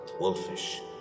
wolfish